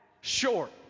short